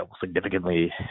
significantly